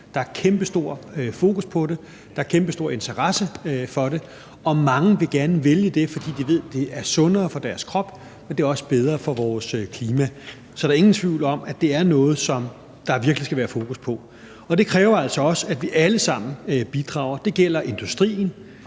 Der er kæmpestor fokus på det, der er kæmpestor interesse for det, og mange vil gerne vælge det, fordi de ved, at det er sundere for deres krop, og det også er bedre for vores klima. Så der er ingen tvivl om, at det er noget, som der virkelig skal være fokus på. Det kræver altså også, at vi alle sammen bidrager. Det gælder industrien,